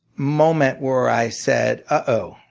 moment where i said, uh-oh.